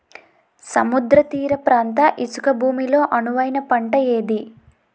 సముద్ర తీర ప్రాంత ఇసుక భూమి లో అనువైన పంట ఏది?